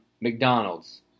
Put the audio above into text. McDonald's